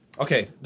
Okay